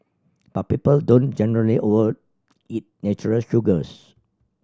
but people don't generally overeat natural sugars